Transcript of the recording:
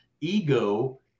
ego